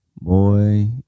Boy